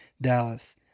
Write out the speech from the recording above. Dallas